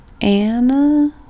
Anna